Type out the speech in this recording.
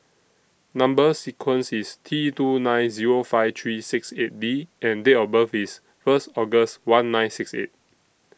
Number sequence IS T two nine Zero five three six eight D and Date of birth IS First August one nine six eight